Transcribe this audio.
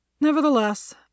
Nevertheless